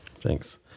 Thanks